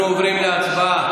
אנחנו עוברים להצבעה.